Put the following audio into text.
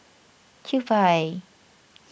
Kewpie